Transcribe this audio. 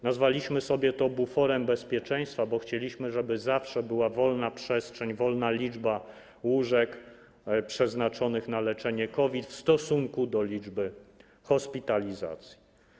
Nazwaliśmy sobie to buforem bezpieczeństwa, bo chcieliśmy, żeby zawsze była wolna przestrzeń, wolna liczba łóżek przeznaczonych na leczenie COVID w stosunku do liczby hospitalizacji.